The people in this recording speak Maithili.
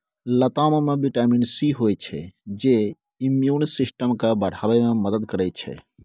लताम मे बिटामिन सी होइ छै जे इम्युन सिस्टम केँ बढ़ाबै मे मदद करै छै